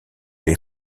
les